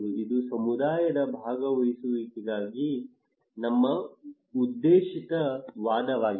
ಇದು ಸಮುದಾಯದ ಭಾಗವಹಿಸುವಿಕೆಗಾಗಿ ನಮ್ಮ ಉದ್ದೇಶಿತ ವಾದವಾಗಿದೆ